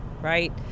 right